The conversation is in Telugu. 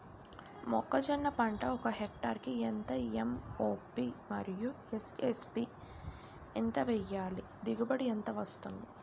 మొక్కజొన్న పంట ఒక హెక్టార్ కి ఎంత ఎం.ఓ.పి మరియు ఎస్.ఎస్.పి ఎంత వేయాలి? దిగుబడి ఎంత వస్తుంది?